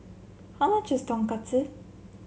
how much is Tonkatsu